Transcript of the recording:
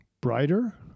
brighter